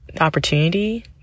Opportunity